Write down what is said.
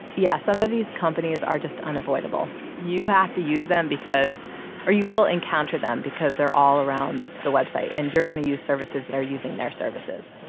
yeah, some of these companies are just unavoidable. you have to use them because or you will encounter them because they're all around the website and you're gonna use services that are using their services.